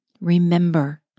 Remember